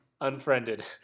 Unfriended